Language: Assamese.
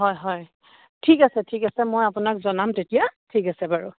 হয় হয় ঠিক আছে ঠিক আছে মই আপোনাক জনাম তেতিয়া ঠিক আছে বাৰু